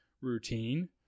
routine